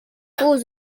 falls